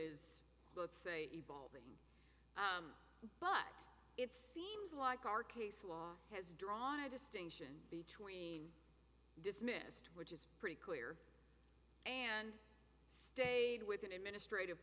is let's say evolve but it seems like our case law has drawn a distinction between dismissed which is pretty clear and stayed within administrative